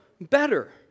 better